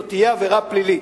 זאת תהיה עבירה פלילית.